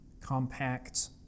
compact